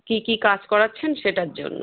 কি কী কাজ করাচ্ছেন সেটার জন্য